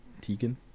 Tegan